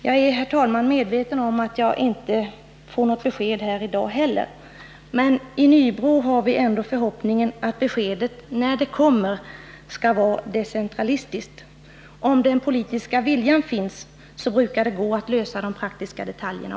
Jag är, herr talman, medveten om att jag inte får något besked här i dag heller. Men i Nybro har vi ändå förhoppningen att beskedet, när det kommer, skall vara decentralistiskt. Om den politiska viljan finns, brukar det också gå att lösa de praktiska detaljerna.